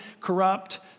corrupt